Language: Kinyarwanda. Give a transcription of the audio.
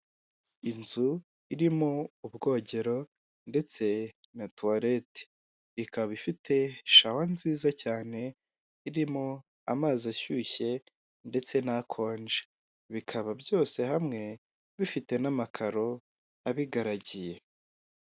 Inzu irimo ubwogero ndetse na tuwarete. Ikaba ifite shawa nziza cyane irimo amazi ashyushye ndetse n'akonje. Bikaba byose hamwe bifite n'amakaro abigaragiye.